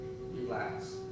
Relax